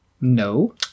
No